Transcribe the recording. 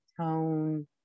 tone